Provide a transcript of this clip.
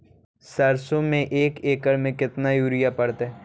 सरसों में एक एकड़ मे केतना युरिया पड़तै?